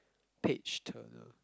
page turner